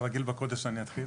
אני אתחיל